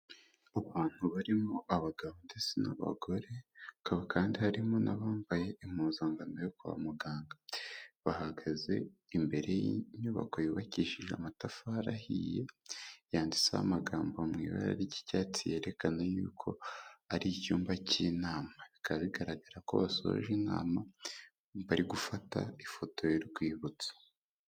Abantu barimo abagabo ndetse n'abagore hakaba kandi harimo n'abambaye impuzankano yo kwa muganga, bahagaze imbere y'inyubako yubakishije amatafari ahiye, yanditseho amagambo mu ibara ry'icyatsi yerekana yuko ari icyumba cy'inama, bikaba bigaragara ko basoje inama bari gufata ifoto y'urwibutso.